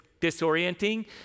disorienting